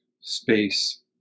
space